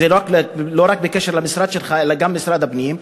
זה לא רק בקשר למשרד שלך אלא גם למשרד הפנים,